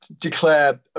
declare